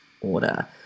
order